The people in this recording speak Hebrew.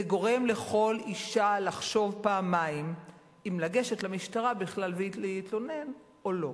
זה גורם לכל אשה לחשוב פעמיים אם בכלל לגשת למשטרה להתלונן או לא.